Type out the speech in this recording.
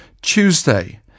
Tuesday